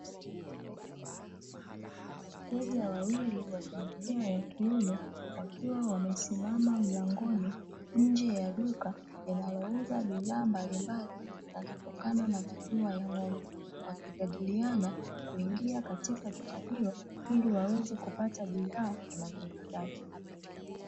Wateja wawili wa jinsia ya kiume; wakiwa wamesimama mlangoni, nje ya duka linalouza bidhaa mbalimbali zinazotokana na maziwa ya ng'ombe, wakijadiliana kuingia katika duka hilo ili waweze kupata bidhaa wanazohitaji.